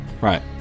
right